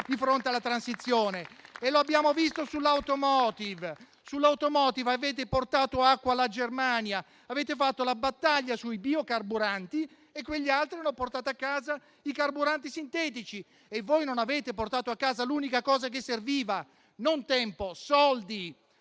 di fronte alla transizione. Lo abbiamo visto sull'*automotive*, su cui avete portato acqua alla Germania; avete fatto la battaglia sui biocarburanti e quegli altri hanno portato a casa i carburanti sintetici; voi, invece, non avete portato a casa l'unica cosa che serviva, non tempo, ma soldi